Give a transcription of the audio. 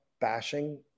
bashing